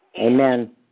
Amen